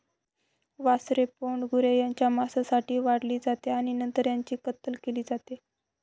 वासरे प्रौढ गुरे त्यांच्या मांसासाठी वाढवली जाते आणि नंतर त्यांची कत्तल केली जाते